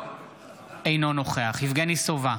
אינו נוכח יבגני סובה,